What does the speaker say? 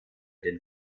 den